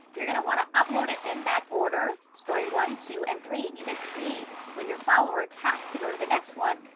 you're gonna want to upload it in that order, story, one, two and three and you can see when your follower taps to go to the next one,